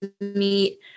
meet